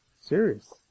Serious